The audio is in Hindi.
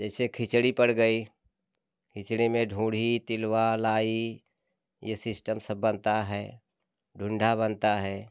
जैसे खिचड़ी पड़ गई खिचड़ी में धूड़ी तिलवा लाई ये सिस्टम सब बनता है धुंडा बनता है